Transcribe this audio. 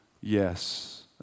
Yes